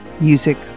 Music